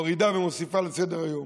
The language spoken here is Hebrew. מורידה ומוסיפה לסדר-היום.